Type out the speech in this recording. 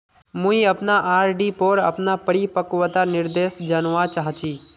मुई अपना आर.डी पोर अपना परिपक्वता निर्देश जानवा चहची